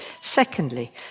Secondly